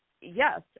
yes